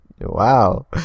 Wow